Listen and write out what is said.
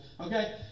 okay